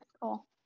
Cool